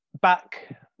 back